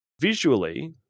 visually